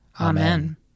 Amen